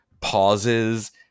pauses